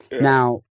Now